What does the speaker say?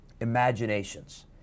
imaginations